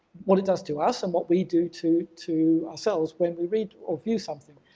what it does to us and what we do to to ourselves when we read or view something.